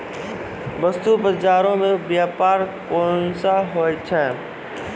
बस्तु बजारो मे व्यपार केना होय छै?